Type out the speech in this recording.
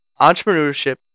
Entrepreneurship